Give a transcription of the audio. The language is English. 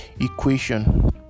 equation